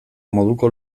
moduko